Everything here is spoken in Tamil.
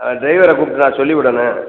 ஆ ட்ரைவரை கூப்பிட்டு நான் சொல்லிவிடணும்